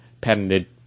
patented